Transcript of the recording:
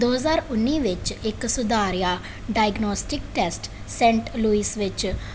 ਦੋ ਹਜ਼ਾਰ ਉੱਨੀ ਵਿੱਚ ਇੱਕ ਸੁਧਾਰਿਆ ਡਾਇਗਨੋਸਟਿਕ ਟੈਸਟ ਸੈਂਟ ਲੋਇਸ ਵਿੱਚ